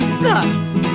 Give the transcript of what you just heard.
sucks